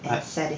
but